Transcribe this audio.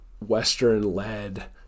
Western-led